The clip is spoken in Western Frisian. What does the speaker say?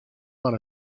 mar